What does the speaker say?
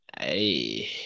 Hey